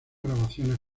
grabaciones